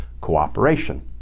cooperation